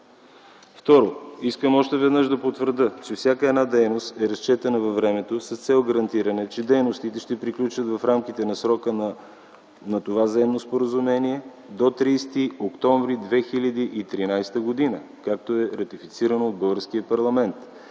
Второ, искам още веднъж да потвърдя, че всяка една дейност е разчетена във времето с цел гарантиране, че дейностите ще приключат в рамките на срока на това Заемно споразумение до 30 октомври 2013 г., както е ратифицирана от българския парламент.